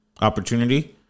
opportunity